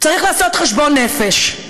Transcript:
צריך לעשות חשבון נפש.